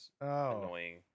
annoying